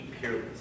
Peerless